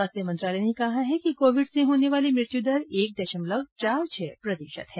स्वास्थ्य मंत्रालय ने कहा है कि कोविड से होने वाली मृत्यु दर एक दशमलव चार छह प्रतिशत है